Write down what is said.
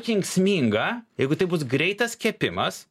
kenksminga jeigu tai bus greitas kepimas